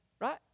right